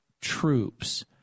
troops